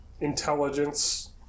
intelligence